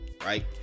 right